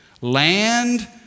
Land